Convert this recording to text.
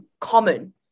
common